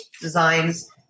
Designs